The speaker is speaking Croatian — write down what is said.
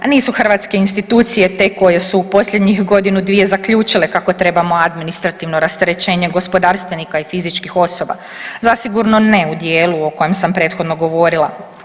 Nisu hrvatske institucije te koje su u posljednjih godinu, dvije zaključile kako trebamo administrativno rasterećenje gospodarstvenika i fizičkih osoba zasigurno ne u dijelu o kojem sam prethodno govorila.